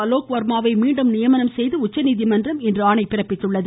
அலோக் வர்மாவை மீண்டும் நியமனம் செய்து உச்சநீதிமன்றம் இன்று ஆணையிட்டுள்ளது